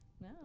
No